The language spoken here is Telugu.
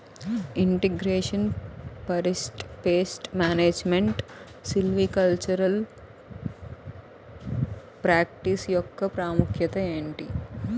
integration forest pest management silvicultural practice యెక్క ప్రాముఖ్యత ఏంటి